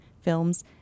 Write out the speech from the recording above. films